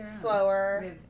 slower